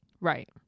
Right